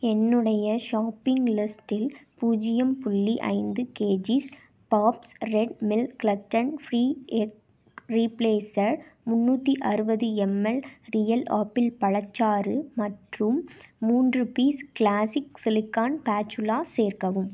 என்னுடைய ஷாப்பிங் லிஸ்டில் பூஜ்ஜியம் புள்ளி ஐந்து kgs Bob's Red Mill gluten free egg replacer முந்நூற்றி அறுபது எம்எல் ரியல் ஆப்பிள் பழச்சாறு மற்றும் மூன்று பீஸ் க்ளாஸிக் சிலிக்கான் பேட்சுலா சேர்க்கவும்